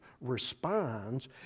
responds